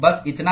बस इतना ही